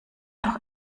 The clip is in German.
doch